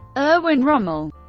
erwin rommel